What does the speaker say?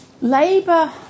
Labour